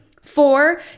Four